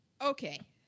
okay